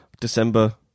December